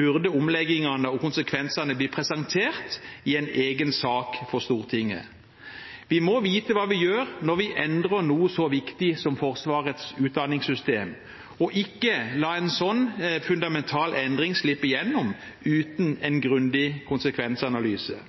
burde omleggingene og konsekvensene bli presentert i en egen sak for Stortinget. Vi må vite hva vi gjør, når vi endrer noe så viktig som Forsvarets utdanningssystem, og ikke la en sånn fundamental endring slippe gjennom uten en grundig konsekvensanalyse.